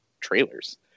trailers